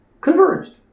converged